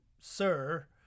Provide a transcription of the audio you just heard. sir